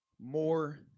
More